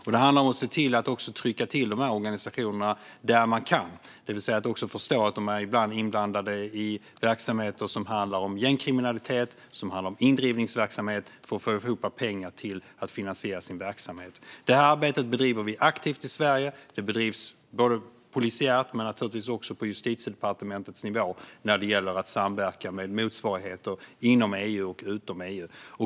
Det handlar också om att se till att trycka till organisationerna där man kan. Det gäller att de förstår att de ibland är inblandade i verksamheter som gängkriminalitet och indrivningsverksamhet för att få ihop pengar till att finansiera sin verksamhet. Det arbetet bedriver vi aktivt i Sverige. Det bedrivs polisiärt men också på Justitiedepartementets nivå när det gäller att samverka med motsvarigheter inom och utom EU.